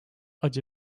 acı